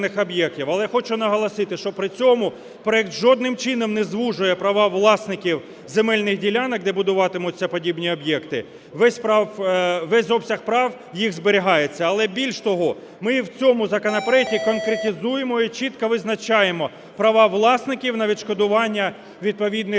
Але хочу наголосити, що при цьому проект жодним чином не звужує права власників земельних ділянок, де будуватимуться подібні об'єкти. Весь обсяг прав їх зберігається. Але, більш того, ми в цьому законопроекті конкретизуємо і чітко визначаємо права власників на відшкодування відповідних збитків